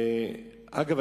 אגב,